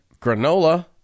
Granola